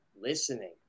listening